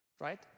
right